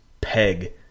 Peg